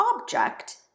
object